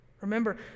Remember